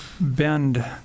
bend